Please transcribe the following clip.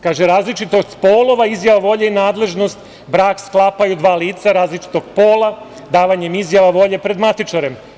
Kaže – različitost polova, izjava volje i nadležnost: brak sklapaju dva lica različitog pola davanjem izjava volje pred matičarem.